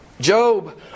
Job